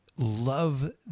love